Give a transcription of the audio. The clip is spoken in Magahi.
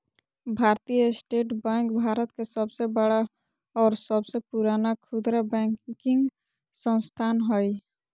भारतीय स्टेट बैंक भारत के सबसे बड़ा और सबसे पुराना खुदरा बैंकिंग संस्थान हइ